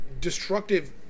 destructive